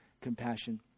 compassion